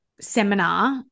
seminar